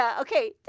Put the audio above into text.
okay